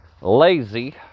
lazy